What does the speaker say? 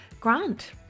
Grant